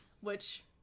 which-